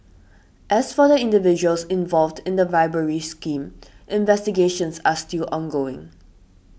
as for the individuals involved in the bribery scheme investigations are still ongoing